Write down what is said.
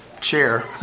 chair